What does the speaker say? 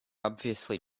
obviously